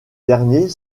derniers